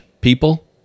people